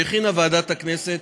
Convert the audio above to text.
שהכינה ועדת הכנסת.